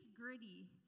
gritty